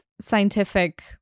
scientific